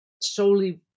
solely